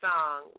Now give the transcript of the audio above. song